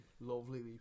lovely